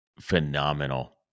phenomenal